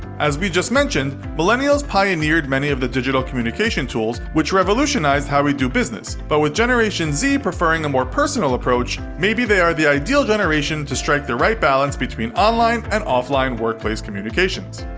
as we just mentioned, millennials pioneered many of the digital communication tools, which revolutionized how we do business, but with generation z preferring a more personal approach, maybe they are the ideal generation to strike the right balance between online and offline workplace communications.